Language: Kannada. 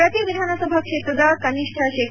ಪ್ರತಿ ವಿಧಾನಸಭಾ ಕ್ಷೇತ್ರದ ಕನಿಷ್ಠ ಶೇ